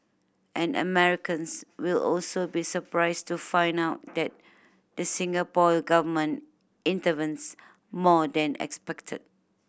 and Americans will also be surprised to find out that the Singapore Government intervenes more than expected